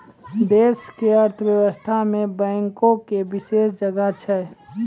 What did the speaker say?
देश के अर्थव्यवस्था मे बैंको के विशेष जगह छै